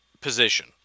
position